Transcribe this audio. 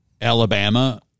alabama